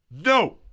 no